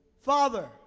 father